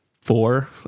four